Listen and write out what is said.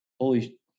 holy